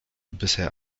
bisher